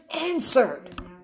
answered